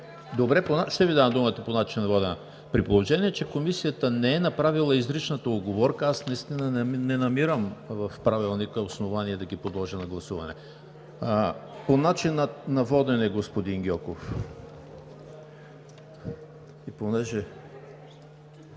Добре, ще Ви дам думата по начина на водене. При положение че Комисията не е направила изричната уговорка, аз наистина не намирам в Правилника основание да ги подложа на гласуване. По начина на водене, господин Гьоков. ГЕОРГИ